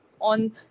on